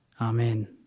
Amen